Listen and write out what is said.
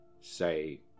say